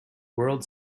world